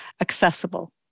accessible